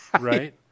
Right